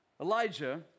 Elijah